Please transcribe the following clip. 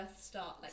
start